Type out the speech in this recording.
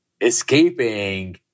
escaping